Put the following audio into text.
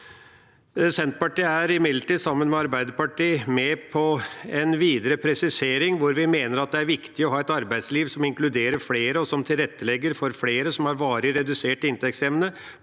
Senterpartiet er imidlertid, sammen med Arbeiderpartiet, med på en videre presisering, hvor vi mener at det er viktig å ha et arbeidsliv som inkluderer flere, og som tilrettelegger for flere som har varig redusert inntektsevne